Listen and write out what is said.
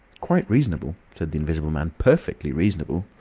quite reasonable, said the invisible man. perfectly reasonable.